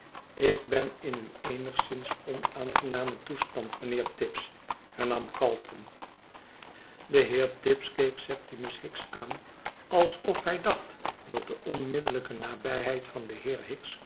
ik ben in een eenigszins onaangenamen toestand m'ynheer tibbs hernam calton de heer tibbs keek septimus hicks aan alsof hij dacht dat de onmiddellijke nabyheid van den heer